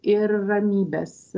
ir ramybės